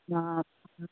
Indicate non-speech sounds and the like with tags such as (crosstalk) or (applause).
অঁ (unintelligible)